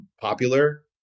popular